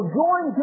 join